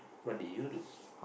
what do you do